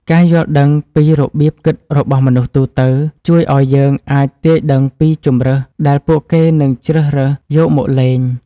ការយល់ដឹងពីរបៀបគិតរបស់មនុស្សទូទៅជួយឱ្យយើងអាចទាយដឹងពីជម្រើសដែលពួកគេនឹងជ្រើសរើសយកមកលេង។